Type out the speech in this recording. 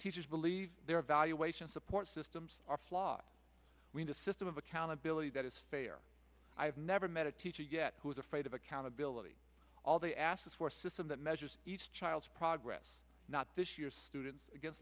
teachers believe their evaluation support systems are flawed means a system of accountability that is fair i have never met a teacher yet who is afraid of accountability all they ask for a system that measures each child's progress not this year students against